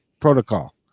protocol